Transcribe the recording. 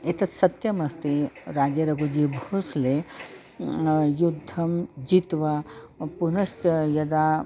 एतत् सत्यमस्ति राजेरघुजीभोसले युद्धं जीत्वा पुनश्च यदा